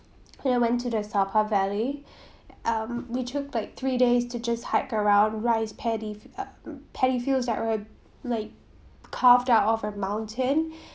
I went to the sapa valley um we took like three days to just hike around rice paddies uh paddy fields that were like carved out of a mountain